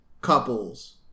couples